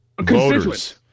voters